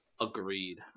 Agreed